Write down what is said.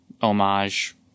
homage